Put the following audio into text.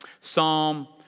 Psalm